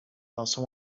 also